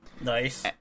Nice